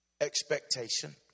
Expectation